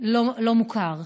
לא מוכר.